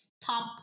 top